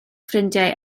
ffrindiau